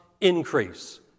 increase